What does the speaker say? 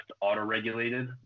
auto-regulated